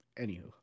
Anywho